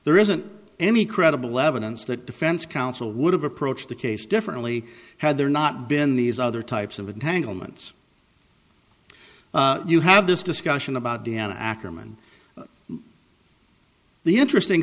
there isn't any credible evidence that defense counsel would have approached the case differently had there not been these other types of entanglements you have this discussion about deanna ackerman the interesting